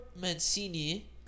Mancini